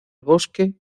bosque